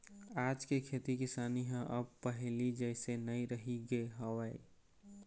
आज के खेती किसानी ह अब पहिली जइसे नइ रहिगे हवय